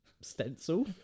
stencil